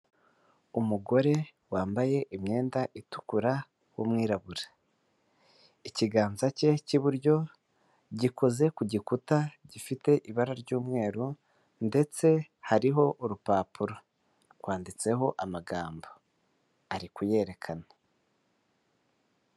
Umugore wambaye imyenda itukura w'umwirabura, ikiganza cye cy'iburyo gikoze ku gikuta gifite ibara ry'umweru ndetse hariho urupapuro rwanditseho amagambo ari kuyerekana.